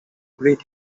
greet